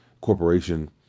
corporation